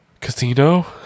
casino